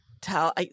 tell